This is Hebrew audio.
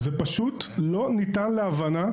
זה פשוט לא ניתן להבנה,